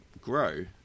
grow